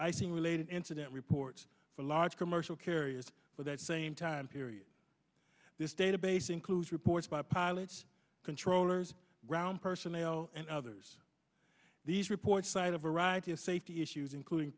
related incident reports for large commercial carriers for that same time period this database includes reports by pilots controllers ground personnel and others these reports side override to safety issues including